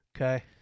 Okay